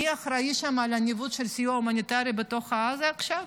מי האחראי שם על הניווט של הסיוע ההומניטרי בתוך עזה עכשיו?